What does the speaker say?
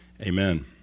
amen